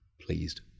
pleased